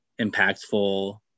impactful